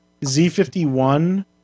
Z51